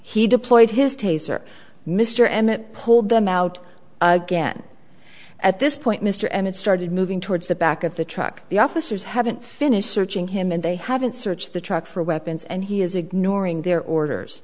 he deployed his taser mr emmett pulled them out again at this point mr emmett started moving towards the back of the truck the officers haven't finished searching him and they haven't searched the truck for weapons and he is ignoring their orders